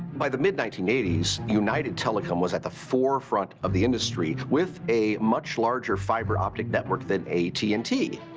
by the mid nineteen eighty s united telecom was at the forefront of the industry with a much larger fiber optic network than at and t,